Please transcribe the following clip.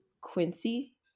Quincy